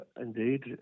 indeed